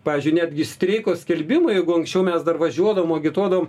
pavyzdžiui netgi streiko skelbimui jeigu anksčiau mes dar važiuodavom agituodavom